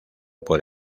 por